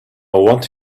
want